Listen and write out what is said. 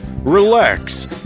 Relax